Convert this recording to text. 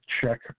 Check